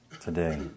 today